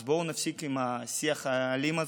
אז בואו נפסיק עם השיח האלים הזה,